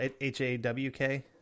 h-a-w-k